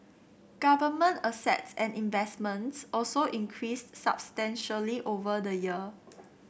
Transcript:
government assets and investments also increased substantially over the year